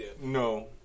No